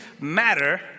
matter